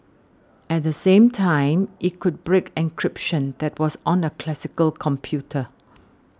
at the same time it could break encryption that was on a classical computer